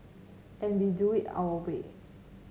and we do it our way